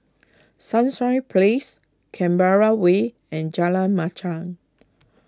Sunshine Place Canberra Way and Jalan Machang